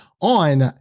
On